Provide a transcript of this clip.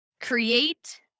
create